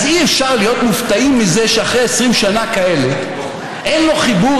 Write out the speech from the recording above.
אז אי-אפשר להיות מופתעים מזה שאחרי 20 שנה כאלה אין לו חיבור